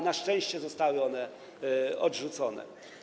Na szczęście zostały one odrzucone.